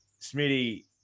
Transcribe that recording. Smitty